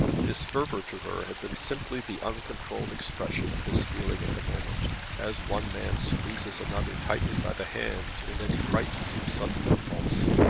his fervour to her had been simply the uncontrolled expression of his feeling at the moment as one man squeezes another tightly by the hand in any crisis of sudden impulse.